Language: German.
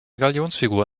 galionsfigur